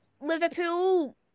Liverpool